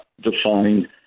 defined